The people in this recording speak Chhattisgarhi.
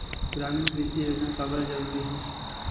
ग्रामीण कृषि योजना काबर जरूरी हे?